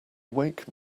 wake